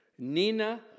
Nina